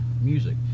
music